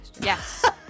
yes